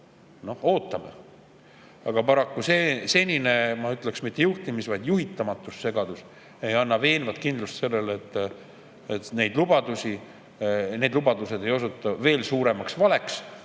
No ootame. Aga paraku see senine, ma ütleksin, mitte juhtimis‑, vaid juhitamatussegadus ei anna veenvat kindlust sellele, et need lubadused ei osutu veel suuremaks valeks,